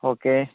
okay